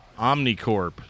Omnicorp